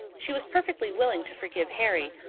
she was perfectly willing to forgive harry,